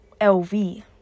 lv